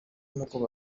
n’uko